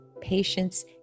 patience